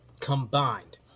combined